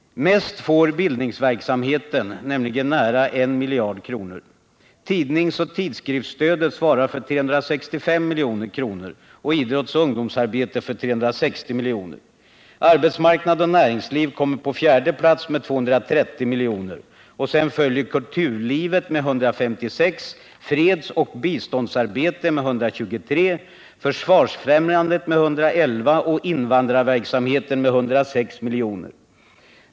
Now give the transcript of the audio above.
Mest får bildningsverksamheten, nära 1 miljard kronor. Tidningsoch tidskriftsstödet svarar för 365 milj.kr. och idrottsoch ungdomsarbetet för 360 milj.kr. Arbetsmarknad och näringsliv kommer på fjärde plats med 230 miljoner. Sedan följer kulturlivet med 156, fredsoch biståndsarbetet med 123, försvarsfrämjandet med 111 och invandrarverksamheten med 106 miljoner.